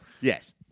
Yes